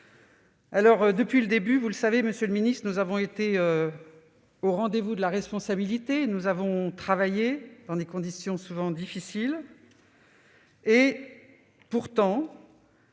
été depuis le début- vous le savez, monsieur le ministre -au rendez-vous de la responsabilité. Nous avons travaillé dans des conditions souvent difficiles. Malgré